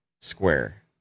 Square